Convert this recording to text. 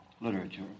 literature